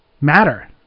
matter